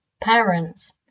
parents